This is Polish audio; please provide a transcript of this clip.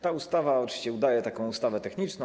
Ta ustawa oczywiście udaje ustawę techniczną.